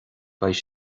beidh